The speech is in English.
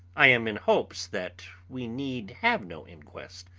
i am in hopes that we need have no inquest,